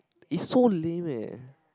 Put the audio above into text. it's so lame eh